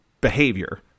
behavior